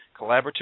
collaborative